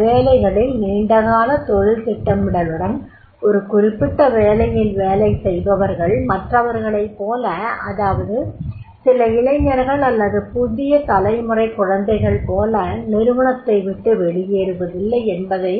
சில வேலைகளில் நீண்டகால தொழில் திட்டமிடலுடன் ஒரு குறிப்பிட்ட வேலையில் வேலை செய்பவர்கள் மற்றவர்களைப் போல அதாவது சில இளைஞர்கள் அல்லது புதிய தலைமுறைக் குழந்தைகள் போல நிறுவனத்தைவிட்டு வெளியேறுவதில்லை என்பதை